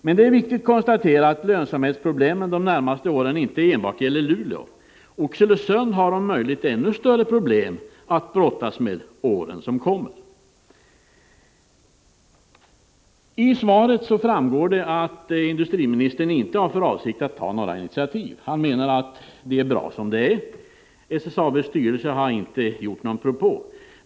Men det är viktigt att konstatera att lönsamhetsproblemen de närmaste åren inte enbart gäller Luleå. Oxelösund har om möjligt ännu större problem att brottas med under åren som kommer. Av svaret framgår att industriministern inte har för avsikt att ta några initiativ. Han menar att det är bra som det är, och SSAB:s styrelse har inte kommit med några propåer.